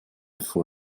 for